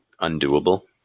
undoable